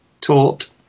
taught